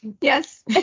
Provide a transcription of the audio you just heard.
Yes